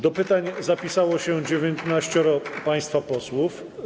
Do pytań zapisało się dziewiętnaścioro państwa posłów.